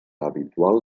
habitual